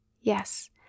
yes